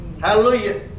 hallelujah